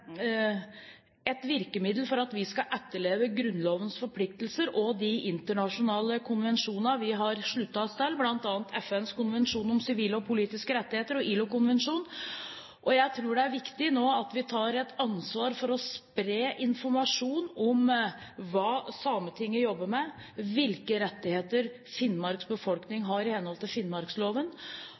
et virkemiddel for at vi skal etterleve Grunnlovens forpliktelser og de internasjonale konvensjoner vi har sluttet oss til, bl.a. FNs konvensjons om sivile og politiske rettigheter og ILO-konvensjonen. Jeg tror det er viktig nå at vi tar et ansvar for å spre informasjon om hva Sametinget jobber med, og hvilke rettigheter Finnmarks befolkning har i henhold til finnmarksloven.